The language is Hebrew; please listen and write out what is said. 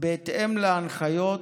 בהתאם להנחיות